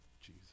Jesus